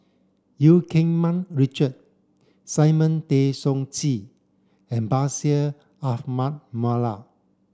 Eu Keng Mun Richard Simon Tay Seong Chee and Bashir Ahmad Mallal